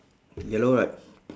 yellow right